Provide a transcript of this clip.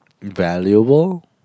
Valuable